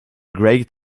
great